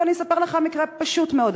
אבל אני אספר לכם מקרה פשוט מאוד,